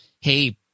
hey